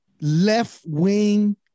left-wing